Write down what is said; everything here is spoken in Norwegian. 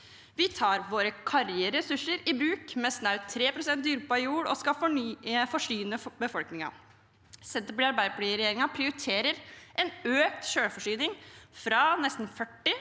Vi tar våre karrige ressurser i bruk, med snaut 3 pst. dyrkbar jord, og skal forsyne befolkningen. Senterparti– Arbeiderparti-regjeringen prioriterer økt selvforsyning, fra nesten 40